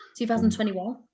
2021